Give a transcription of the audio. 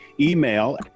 email